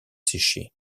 séchée